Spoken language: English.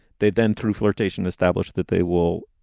they then, through flirtation, establish that they will.